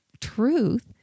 truth